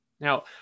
Now